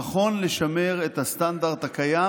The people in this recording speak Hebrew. נכון לשמר את הסטנדרט הקיים,